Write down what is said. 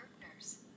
partners